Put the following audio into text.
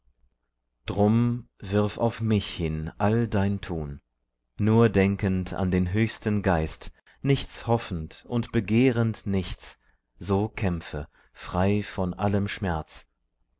drum wirf auf mich hin all dein tun nur denkend an den höchsten geist nichts hoffend und begehrend nichts so kämpfe frei von allem schmerz